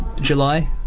July